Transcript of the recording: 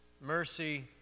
mercy